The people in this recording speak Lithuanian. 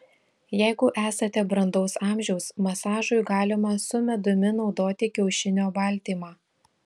jeigu esate brandaus amžiaus masažui galima su medumi naudoti kiaušinio baltymą